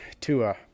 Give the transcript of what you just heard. Tua